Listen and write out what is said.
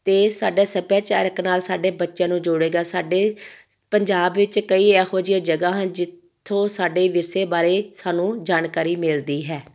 ਅਤੇ ਸਾਡਾ ਸੱਭਿਆਚਾਰਕ ਨਾਲ ਸਾਡੇ ਬੱਚਿਆਂ ਨੂੰ ਜੋੜੇਗਾ ਸਾਡੇ ਪੰਜਾਬ ਵਿੱਚ ਕਈ ਇਹੋ ਜਿਹੀਆਂ ਜਗ੍ਹਾ ਜਿੱਥੋਂ ਸਾਡੇ ਵਿਰਸੇ ਬਾਰੇ ਸਾਨੂੰ ਜਾਣਕਾਰੀ ਮਿਲਦੀ ਹੈ